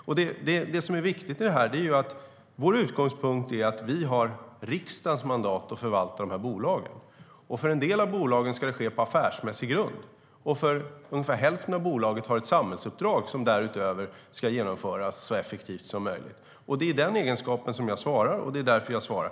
Det som är viktigt i detta är att vår utgångspunkt är att vi har riksdagens mandat att förvalta de här bolagen. För en del av bolagen ska det ske på affärsmässig grund. Därutöver har ungefär hälften av bolagen samhällsuppdrag som ska genomföras så effektivt som möjligt. Det är i den egenskapen jag svarar, och det är därför jag svarar.